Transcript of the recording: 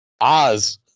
Oz